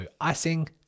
icing